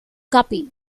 guppy